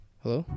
hello